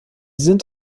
sind